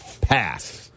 pass